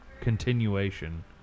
continuation